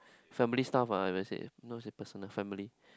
family stuff ah I would say not say personal family